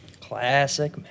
Classic